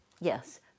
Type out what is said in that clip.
Yes